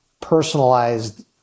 personalized